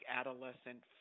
adolescent